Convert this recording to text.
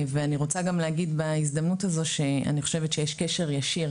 אני רוצה גם להגיד בהזדמנות הזו שאני חושבת שיש קשר ישיר